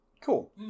Cool